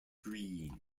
green